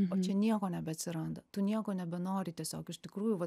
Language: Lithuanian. o čianieko nebeatsiranda tu nieko nebenori tiesiog iš tikrųjų vat